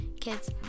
kids